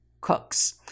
cooks